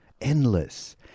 endless